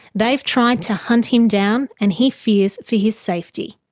they've tried to hunt him down and he fears for his safety.